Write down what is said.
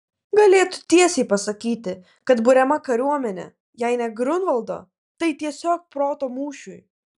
galėtų tiesiai pasakyti kad buriama kariuomenė jei ne griunvaldo tai tiesiog proto mūšiui